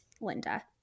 linda